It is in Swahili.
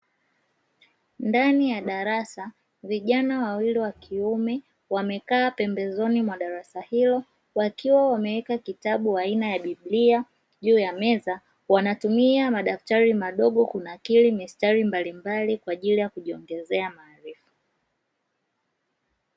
Ndani ya darasa vijana wawili wa kiume wamekaa pembezoni mwa darasa hilo, wakiwa wameweka kitabu aina ya biblia juu ya meza, wanatumia madaftari madogo kunakili mistari mbalimbali kwa ajili ya kujiongezea maarifa.